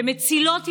שמצילות ילדים,